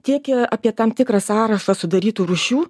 tiek apie tam tikrą sąrašą sudarytų rūšių